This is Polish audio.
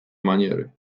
maniery